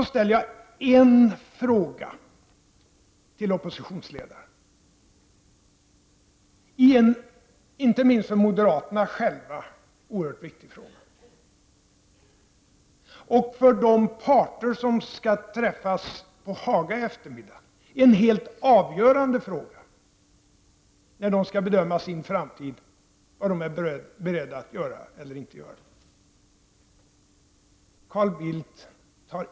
Jag ställde en fråga till oppositionsledaren i en inte minst för moderaterna själva oerhört viktig fråga och i en för de parter som skall träffas på Haga i eftermiddag avgörande fråga då de skall bedöma vad de är beredda att göra eller inte göra i framtiden.